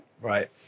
Right